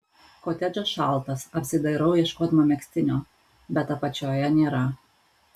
kotedžas šaltas apsidairau ieškodama megztinio bet apačioje nėra